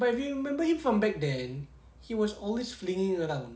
but if you remember him from back then he was always flinging around